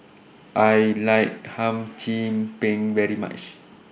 I like Hum Chim Peng very much